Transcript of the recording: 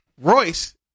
Royce